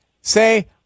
Say